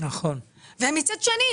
ומצד שני,